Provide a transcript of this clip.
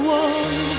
one